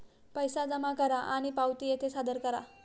पैसे जमा करा आणि पावती येथे सादर करा